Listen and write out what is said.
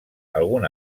algun